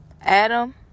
Adam